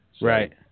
Right